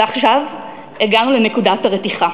ועכשיו הגענו לנקודת הרתיחה.